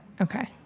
Okay